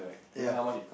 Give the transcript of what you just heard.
ya